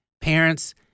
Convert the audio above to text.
parents